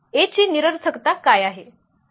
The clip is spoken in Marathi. A ची निरर्थकता काय आहे